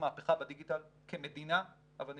אני חושב שאנחנו צריכים לעשות מהפכה בדיגיטל,